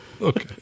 Okay